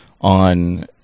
on